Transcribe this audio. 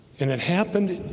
and it happened